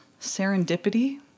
serendipity